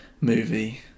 movie